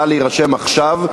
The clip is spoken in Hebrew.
נא להירשם עכשיו,